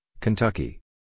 Kentucky